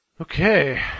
Okay